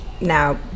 now